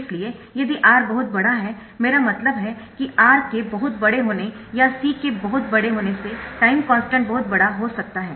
इसलिए यदि R बहुत बड़ा है मेरा मतलब है कि R के बहुत बड़े होने या C के बहुत बड़े होने से टाइम कॉन्स्टन्ट बहुत बड़ा हो सकता है